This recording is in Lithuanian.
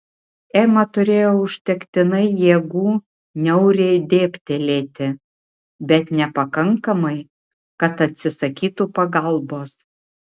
ema turėjo užtektinai jėgų niauriai dėbtelėti bet nepakankamai kad atsisakytų pagalbos